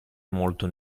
molto